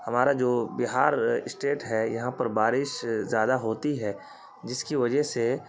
ہمارا جو بہار اسٹیٹ ہے یہاں پر بارش زیادہ ہوتی ہے جس کی وجہ سے